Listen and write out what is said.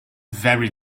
very